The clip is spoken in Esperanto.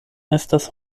estas